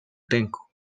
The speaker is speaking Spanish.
tengo